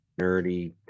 nerdy